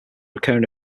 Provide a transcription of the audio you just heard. recurring